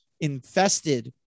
infested